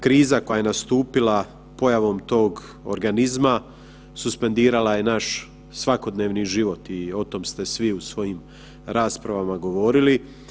Kriza koja je nastupila pojavom tog organizma suspendirala je naš svakodnevni život i o tome ste svi u svojim raspravama govorili.